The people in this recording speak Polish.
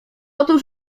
otóż